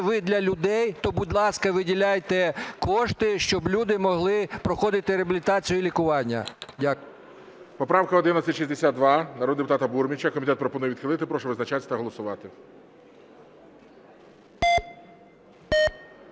ви для людей, то, будь ласка, виділяйте кошти, щоб люди могли проходити реабілітацію лікування. Дякую. ГОЛОВУЮЧИЙ. Поправка 1162 народного депутата Бурміча, комітет пропонує відхилити. Прошу визначатися та голосувати.